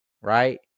right